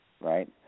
right